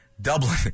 Dublin